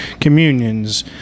communions